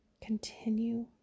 Continue